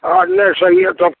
हँ नहि सहिए तब